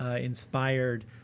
inspired